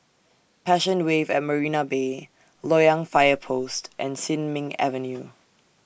Passion Wave At Marina Bay Loyang Fire Post and Sin Ming Avenue